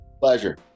Pleasure